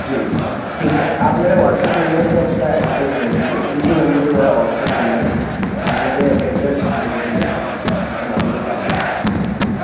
जी जी जी ठीक है आप मेरे वॉट्सअप नम्बर पर आपका एड्रेस भेज दीजिए इसी नम्बर पर मेरा वॉट्सअप नम्बर है आप मुझे एड्रेस भेज दीजिए हम आगे ही कार्रवाई करेंगे ओके